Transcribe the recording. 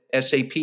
SAP